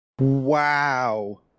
Wow